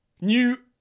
New